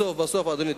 בסוף, אדוני.